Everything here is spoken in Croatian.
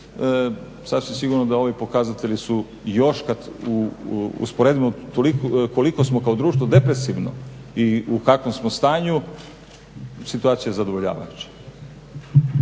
i sasvim sigurno da ovi pokazatelji su još kad usporedimo koliko smo kao društvo depresivni i u kakvom smo stanju situacija je zadovoljavajuća.